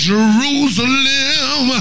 Jerusalem